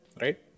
right